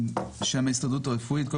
בשם ההסתדרות הרפואית,